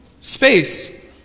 space